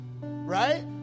Right